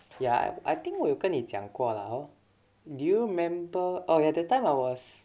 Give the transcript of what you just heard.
ya I think 我有跟你讲过 lah hor do you remember oh ya that time I was